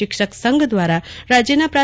શિક્ષક સંઘ દ્વારા રાજ્યના પ્રા